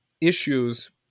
issues